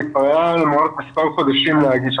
זה כבר היה -- מספר חודשים להגיש.